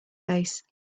face